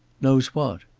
knows what?